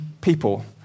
people